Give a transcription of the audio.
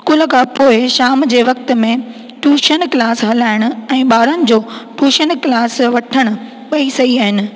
school खां पोइ शाम जे वक़्त में टूशन क्लास हलाइण ऐं ॿारनि जो टूशन क्लास वठण ॿई सही आहिनि